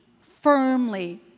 firmly